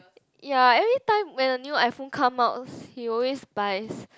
ya every time when a new iPhone come outs he always buys